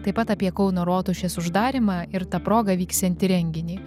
taip pat apie kauno rotušės uždarymą ir ta proga vyksiantį renginį